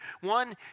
One